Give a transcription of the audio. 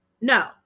no